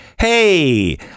hey